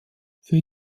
für